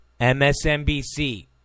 MSNBC